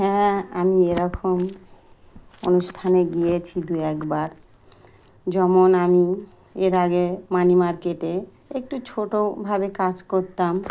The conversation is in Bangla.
হ্যাঁ আমি এরকম অনুষ্ঠানে গিয়েছি দু একবার যেমন আমি এর আগে মানি মার্কেটে একটু ছোটোভাবে কাজ করতাম